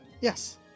Yes